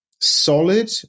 solid